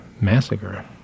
massacre